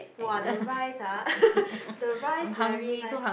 !wah! the rice ah the rice very nice